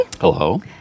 Hello